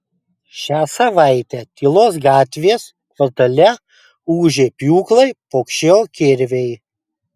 šią savaitę tylos gatvės kvartale ūžė pjūklai pokšėjo kirviai